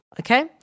Okay